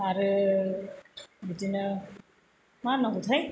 आरो बिदिनो मा होननांगौथाय